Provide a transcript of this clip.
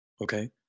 okay